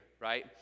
right